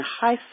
high